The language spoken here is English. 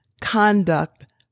conduct